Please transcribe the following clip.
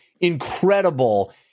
incredible